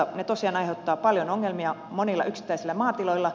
ne tosiaan aiheuttavat paljon ongelmia monilla yksittäisillä maatiloilla